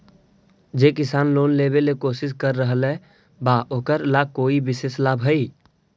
जे किसान लोन लेवे के कोशिश कर रहल बा ओकरा ला कोई विशेष लाभ हई?